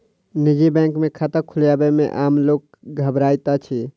निजी बैंक मे खाता खोलयबा मे आम लोक घबराइत अछि